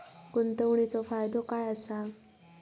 गुंतवणीचो फायदो काय असा?